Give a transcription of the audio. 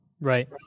right